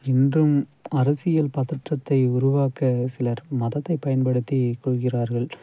இன்றும் அரசியல் பதற்றத்தை உருவாக்க சிலர் மதத்தைப் பயன்படுத்திக்கொள்கிறார்கள்